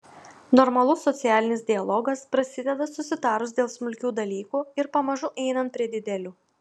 normalus socialinis dialogas prasideda susitarus dėl smulkių dalykų ir pamažu einant prie didelių